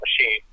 machine